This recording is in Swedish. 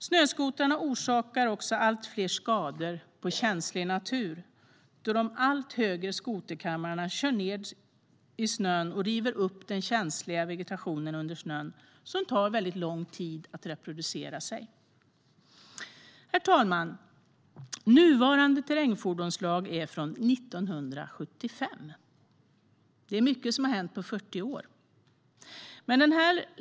Snöskotrarna orsakar också allt fler skador på känslig natur då de allt högre skoterkammarna kör ned i snön och river upp den känsliga vegetationen under snön som behöver lång tid att reproducera sig. Herr ålderspresident! Nuvarande terrängfordonslag är från 1975. Det är mycket som har hänt på 40 år.